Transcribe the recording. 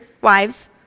wives